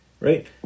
Right